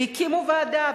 והקימו ועדה.